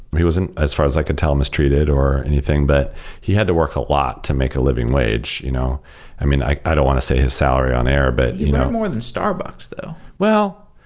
he wasn't, as far as i can tell, mistreated or anything. but he had to work a lot to make a living wage. you know i mean, i i don't want to say his salary on-air, but you earn know more than starbucks though well,